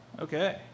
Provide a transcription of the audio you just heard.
Okay